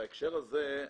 בהקשר הזה,